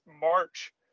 March